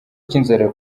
cy’inzara